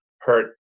hurt